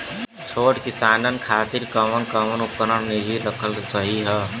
छोट किसानन खातिन कवन कवन उपकरण निजी रखल सही ह?